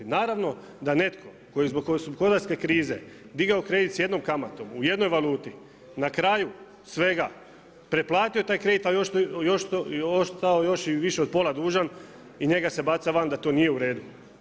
Naravno da netko tko je zbog gospodarske krize digao kredit s jednom kamatom, u jednoj valuti, na kraju svega preplatio taj kredit ali ostao je još i više od pola dužan i njega se baca van da to nije u redu.